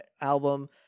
album